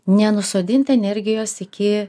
nenusodint energijos iki